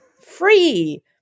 free